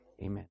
amen